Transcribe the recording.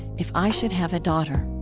if i should have a daughter.